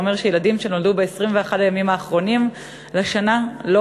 זה אומר שילדים שנולדו ב-21 הימים האחרונים לשנה לא